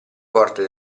porte